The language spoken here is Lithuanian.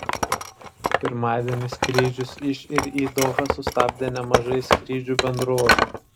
pirmadienį skrydžius iš ir į dohą sustabdė nemažai skrydžių bendrovių